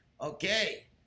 Okay